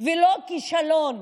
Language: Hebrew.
ולא כישלון,